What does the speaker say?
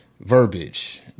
verbiage